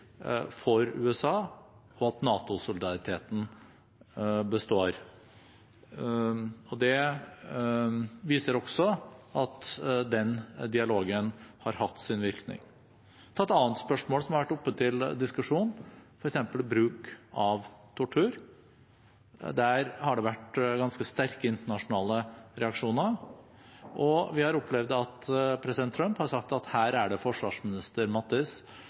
for USA at NATO-solidariteten består. Det viser også at den dialogen har hatt sin virkning. Til et annet spørsmål som har vært oppe til diskusjon, f.eks. bruk av tortur: Der har det vært ganske sterke internasjonale reaksjoner, og vi har opplevd at president Trump har sagt at her er det forsvarsminister